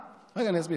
רגע, אני אסביר.